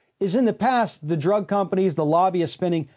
is in the past, the drug companies, the lobbyists spending,